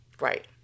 Right